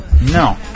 No